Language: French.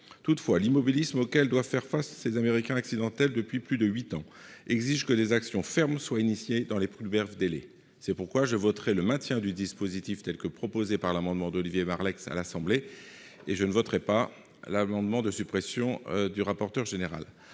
Toutefois, l'immobilisme auquel doivent faire face ces Américains accidentels depuis plus de huit ans exige que des actions fermes soient engagées dans les plus brefs délais. Pour cette raison, je voterai le maintien du dispositif tel que proposé par l'amendement d'Olivier Marleix à l'Assemblée nationale. Je ne voterai pas l'amendement de suppression proposé par le rapporteur général.